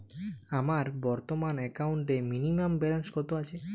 আমার বর্তমান একাউন্টে মিনিমাম ব্যালেন্স কত আছে?